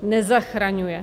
Nezachraňuje.